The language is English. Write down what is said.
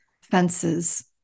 fences